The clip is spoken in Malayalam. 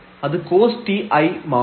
അത് cos t ആയി മാറും